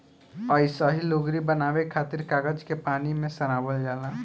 अइसही लुगरी बनावे खातिर कागज के पानी में सड़ावल जाला